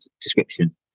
description